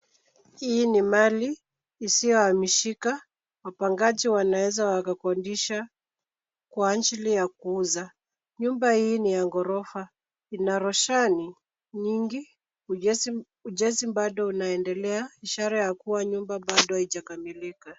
Hili ni mali isiyohamishika. Wapangaji wanaweza wakakodisha kwa ajili ya kuuza. Nyumba hii ni ya ghorofa, ina roshani nyingi. Ujenzi bado unaendelea ishara ya kuwa nyumba bado haijakamilika.